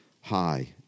high